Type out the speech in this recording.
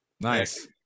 Nice